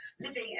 living